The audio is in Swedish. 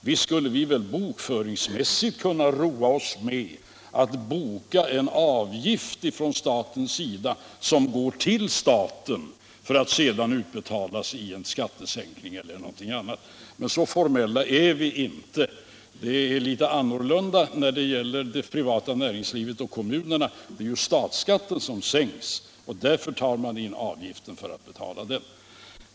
Visst skulle vi bokföringsmässigt kunna roa oss med att notera en avgift från statens sida som går till staten för att sedan utbetalas i form av skattesänkning eller något annat. Men så formella är vi inte. Det är litet annorlunda när det gäller det privata näringslivet och kommunerna. Det är statsskatten som sänks och man tar in avgiften för att betala den.